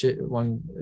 one